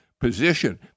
position